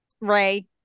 Ray